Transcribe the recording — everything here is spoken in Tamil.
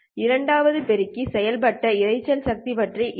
இரண்டாவது பெருக்கி சேர்க்கப்பட்ட இரைச்சல் சக்தி பற்றி என்ன